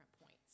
points